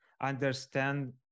understand